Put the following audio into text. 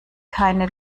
keine